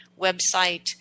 website